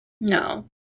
No